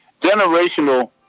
generational